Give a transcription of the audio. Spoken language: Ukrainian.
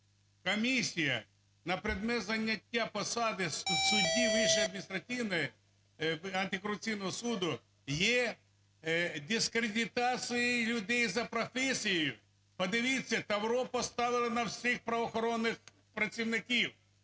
комісіях на предмет зайняття посади судді Вищого адміністративного… антикорупційного суду є дискредитацією людей за професією. Подивіться, тавро поставили на всіх правоохоронних працівників,